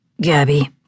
Gabby